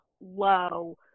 low